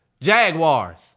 Jaguars